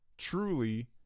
truly